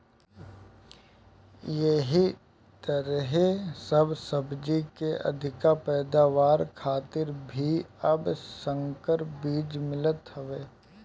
एही तरहे सब सब्जी के अधिका पैदावार खातिर भी अब संकर बीज मिलत हवे